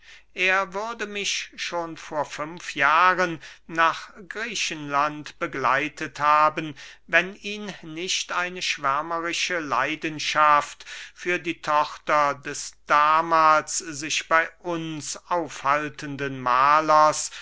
er würde mich schon vor fünf jahren nach griechenland begleitet haben wenn ihn nicht eine schwärmerische leidenschaft für die tochter des damahls sich bey uns aufhaltenden mahlers